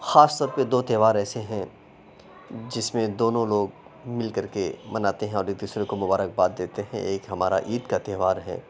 خاص طور پہ دو تہوار ایسے ہیں جس میں دونوں لوگ مل کر کے مناتے ہیں اور ایک دوسرے کو مبارک باد دیتے ہیں ایک ہمارا عید کا تہوار ہے